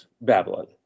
Babylon